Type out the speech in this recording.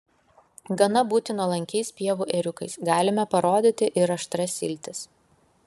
gana būti nuolankiais pievų ėriukais galime parodyti ir aštrias iltis